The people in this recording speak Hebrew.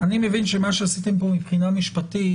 אני מבין שמה שעשיתם פה מבחינה משפטית